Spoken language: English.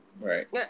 Right